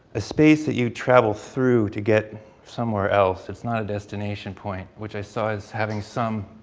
a space that you travel through to get somewhere else. it's not a destination point which i saw is having some